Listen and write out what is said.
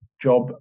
job